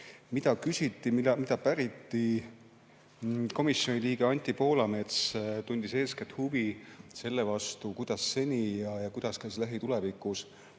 mida küsiti, mida päriti. Komisjoni liige Anti Poolamets tundis eeskätt huvi selle vastu, kuidas seni ja kuidas ka lähitulevikus